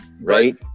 right